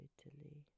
Italy